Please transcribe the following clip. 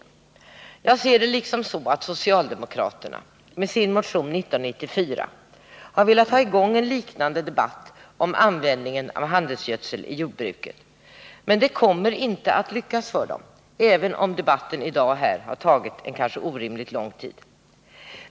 Som jag ser det har socialdemokraterna med sin motion 1994 velat få i gång en liknande debatt om användningen av handelsgödsel i jordbruket. Men det kommer inte att lyckas för dem, även om debatten här i dag kanske har tagit orimligt lång tid.